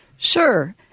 Sure